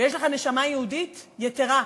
ויש לך נשמה יהודית יתרה,